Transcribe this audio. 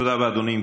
תודה רבה, אדוני.